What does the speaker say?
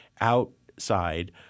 outside